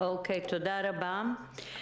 תודה רבה.